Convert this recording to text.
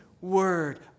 word